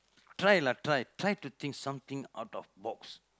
try lah try try to think something out of box